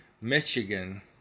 Michigan